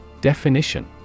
Definition